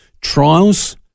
trials